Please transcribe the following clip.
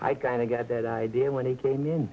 i kind of got that idea when he came in